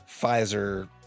pfizer